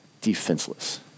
defenseless